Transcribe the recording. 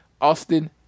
Austin